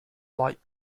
light